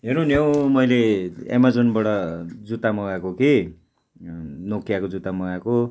हेर्नु नि हौ मैले एमाजोनबाट जुत्ता मगाएको कि नोकियाको जुता मगाएको